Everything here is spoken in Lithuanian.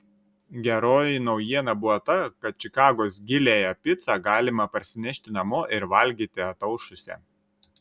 geroji naujiena buvo ta kad čikagos giliąją picą galima parsinešti namo ir valgyti ataušusią